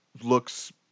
Looks